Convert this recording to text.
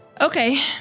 Okay